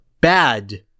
Bad